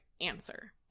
answer